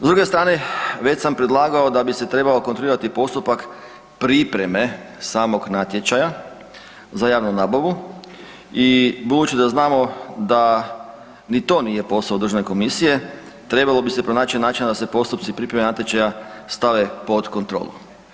S druge strane, već sam predlagao da bi se trebao kontrolirati postupak pripreme samog natječaja za javnu nabavu i budući da znamo da ni to nije posao Državne komisije, trebalo bi se pronaći načina da se postupci pripreme natječaja stave pod kontrolu.